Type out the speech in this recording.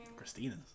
Christina's